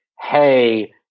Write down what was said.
Hey